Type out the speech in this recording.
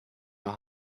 your